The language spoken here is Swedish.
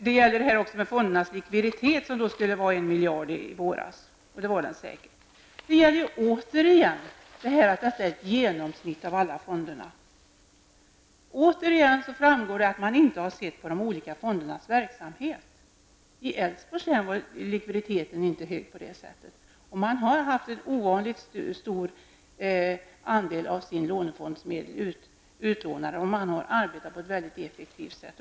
Det sades att fondernas likviditet i våras var en miljard, och det var den säkert. Men här gäller återigen att detta är ett genomsnitt för alla fonderna. Det framgår än en gång att man inte har sett på de olika fondernas verksamhet. I Älvsborgs län var likviditeten inte hög, och man har haft en mycket stor andel av sina lånefondsmedel utlånade och arbetat på ett mycket effektivt sätt.